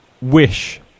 wish